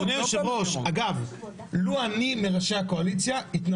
לשון על זה לילה ולבחון את זה עוד לילה.